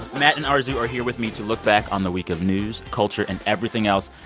matt and arezou are here with me to look back on the week of news, culture and everything else.